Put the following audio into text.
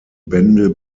bände